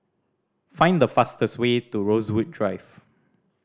find the fastest way to Rosewood Drive